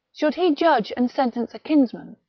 should he judge and sentence a kinsman,